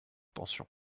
pensions